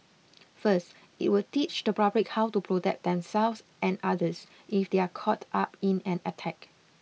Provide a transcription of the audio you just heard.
first it will teach the public how to protect themselves and others if they are caught up in an attack